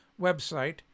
website